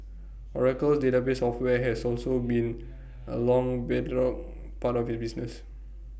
Oracle's database software has been A long bedrock part of its business